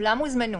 וכולם הוזמנו.